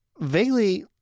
vaguely